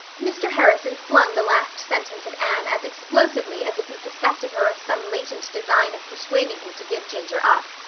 mr. harrison flung the last sentence at anne as explosively as if he suspected her of some latent design of persuading him to give ginger up.